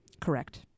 Correct